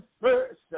first